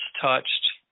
touched